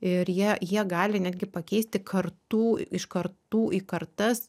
ir jie jie gali netgi pakeisti kartų iš kartų į kartas